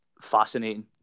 fascinating